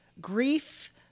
grief